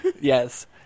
Yes